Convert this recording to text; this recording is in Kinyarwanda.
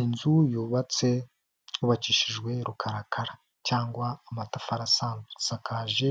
Inzu yubatse yubakishijwe rukarakara cyangwa amatafari asanzwe. Isakaje